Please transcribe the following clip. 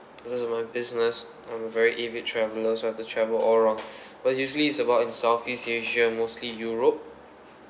because of my business I'm a very avid traveller so I have to travel all around but usually it's about in southeast asia mostly europe